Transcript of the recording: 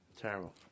Terrible